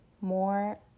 more